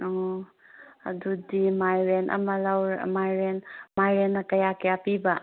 ꯑꯣ ꯑꯗꯨꯗꯤ ꯃꯥꯏꯔꯦꯟ ꯑꯃ ꯃꯥꯏꯔꯦꯟꯅ ꯀꯌꯥ ꯀꯌꯥ ꯄꯤꯕ